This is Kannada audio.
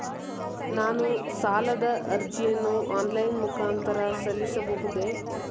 ನಾನು ಸಾಲದ ಅರ್ಜಿಯನ್ನು ಆನ್ಲೈನ್ ಮುಖಾಂತರ ಸಲ್ಲಿಸಬಹುದೇ?